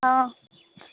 हँ